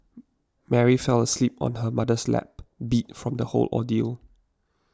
Mary fell asleep on her mother's lap beat from the whole ordeal